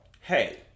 hey